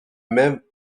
même